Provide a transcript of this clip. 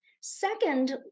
Second